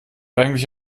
eigentlich